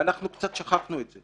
ואנחנו קצת שכחנו את זה